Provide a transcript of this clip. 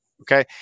okay